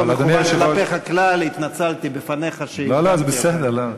לא מכוון כלפיך כלל, התנצלתי בפניך, לא, זה בסדר.